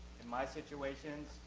in my situations,